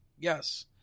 Yes